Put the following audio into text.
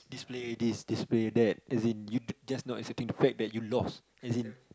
this player this this player that as in you just not accepting the fact that you lost